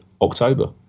October